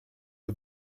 the